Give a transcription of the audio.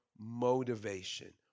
motivation